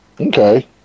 Okay